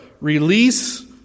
release